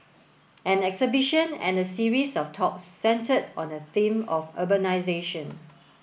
an exhibition and a series of talks centred on the theme of urbanisation